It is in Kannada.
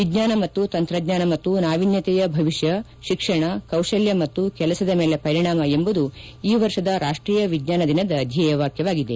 ವಿಜ್ಞಾನ ಮತ್ತು ತಂತ್ರಜ್ಞಾನ ಮತ್ತು ನಾವಿನ್ಯತೆಯ ಭವಿಷ್ಯ ಶಿಕ್ಷಣ ಕೌಶಲ್ಯ ಮತ್ತು ಕೆಲಸದ ಮೇಲೆ ಪರಿಣಾಮ ಎಂಬುದು ಈ ವರ್ಷದ ರಾಷ್ಟೀಯ ವಿಜ್ಞಾನ ದಿನದ ಧ್ಯೇಯವಾಗಿದೆ